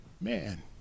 Man